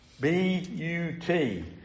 B-U-T